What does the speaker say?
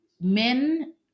men